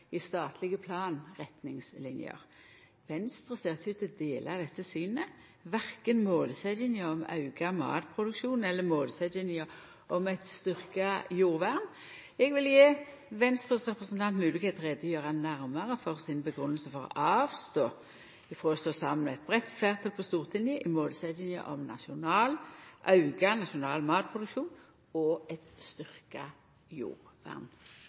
i statlege planretningslinjer. Venstre ser ikkje ut til å dela dette synet, verken målsetjinga om auka matproduksjon eller målsetjinga om eit styrkt jordvern. Eg vil gje Venstres representant moglegheit for å gjera nærmare greie for si grunngjeving for å avstå frå å stå saman med eit breitt fleirtal på Stortinget i målsetjinga om auka nasjonal matproduksjon og eit styrkt jordvern.